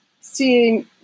seeing